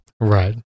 Right